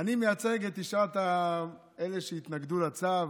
אני מייצג את תשעת אלה שהתנגדו לצו.